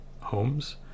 homes